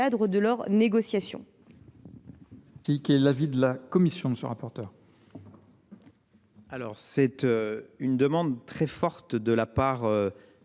de leurs négociations.